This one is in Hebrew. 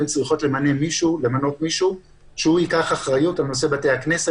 הן צריכות למנות מישהו שייקח אחריות על בתי הכנסת,